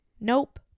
nope